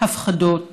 הפחדות